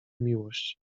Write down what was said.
miłość